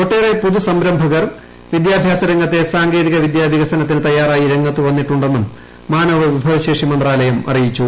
ഒട്ടേറെ പുതു സംരംഭകർ വിദ്യാഭ്യാസ രംഗത്തെ സാങ്കേതിക വിദ്യ വികസനത്തിന് തയ്യാറായി രംഗത്തു വന്നിട്ടുണ്ടെന്നും മാനവവിഭവശേഷി മന്ത്രാലയം അറിയിച്ചു